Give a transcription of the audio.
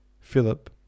Philip